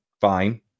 fine